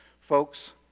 Folks